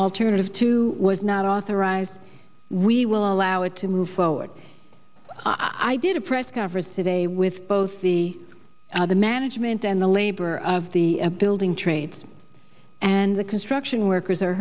alternative to was not authorized we will allow it to move forward i did a press conference today with both the the management and the labor of the building trades and the construction workers are